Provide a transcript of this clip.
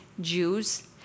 Jews